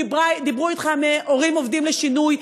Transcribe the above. דיברו אתך מ"הורים עובדים לשינוי",